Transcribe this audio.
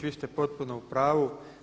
Vi ste potpuno u pravu.